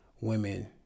women